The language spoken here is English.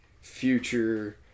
future